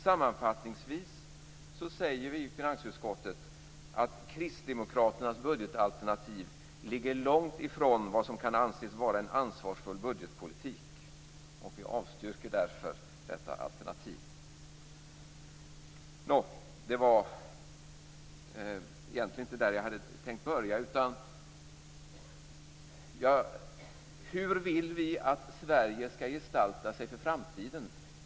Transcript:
Sammanfattningsvis säger vi i finansutskottet att Kristdemokraternas budgetalternativ ligger långt ifrån vad som kan anses vara en ansvarsfull budgetpolitik, och vi avstyrker därför detta alternativ. Det var egentligen inte där jag hade tänkt börja, utan med följande. Hur vill vi att Sverige skall gestalta sig för framtiden?